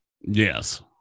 Yes